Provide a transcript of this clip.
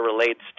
relates